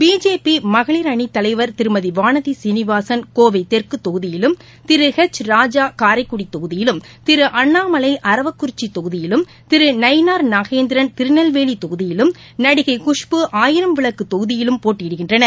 பிஜேபிமகளிர் அணித்தலைவர் திருமதிவானதிசீனிவாசன் கோவைதெற்குதொகுதியிலும் திரு வெச் ராஜாகாரைக்குடிதொகுதியிலும் திருஅண்ணாமலைஅரவக்குறிச்சிதொகுதியிலும் திருநைனார் நாகேந்திரன் திருநெல்வேலிதொகுதியிலும் நடிகை குஷ்பு ஆயிரம்விளக்குதொகுதியிலும் போட்டியிடுகின்றனர்